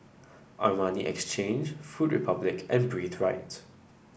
Armani Exchange Food Republic and Breathe Right